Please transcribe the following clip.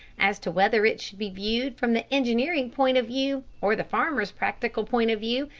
as to whether it should be viewed from the engineering point of view, or the farmers' practical point of view,